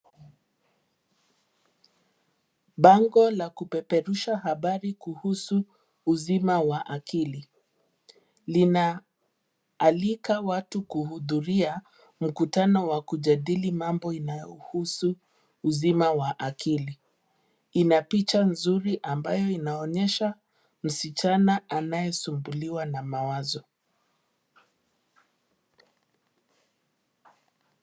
Bango la kupeperusha habari kuhusu uzima wa akili, linaalika watu kuhudhuria, mkutano wa kujadili mambo inayohusu uzima wa akili. Ina picha nzuri, ambayo inaonyesha msichana anayesumbuliwa na mawazo.